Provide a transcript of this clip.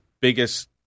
biggest